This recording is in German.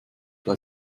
bei